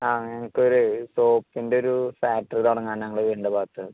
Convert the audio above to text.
ആ ഞങ്ങൾക്കൊരു സോപ്പിൻറ്റൊരു ഫാക്ടറി തുടങ്ങാനാണ് ഞങ്ങളുടെ വീടിൻ്റെ ഭാഗത്ത്